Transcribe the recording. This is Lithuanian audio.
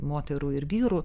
moterų ir vyrų